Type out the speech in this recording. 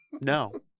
No